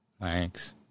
Thanks